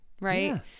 right